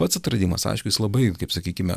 pats atradimas aišku jis labai kaip sakykime